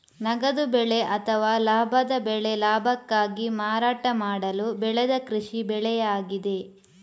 ನಗದು ಬೆಳೆ ಅಥವಾ ಲಾಭದ ಬೆಳೆ ಲಾಭಕ್ಕಾಗಿ ಮಾರಾಟ ಮಾಡಲು ಬೆಳೆದ ಕೃಷಿ ಬೆಳೆಯಾಗಿದೆ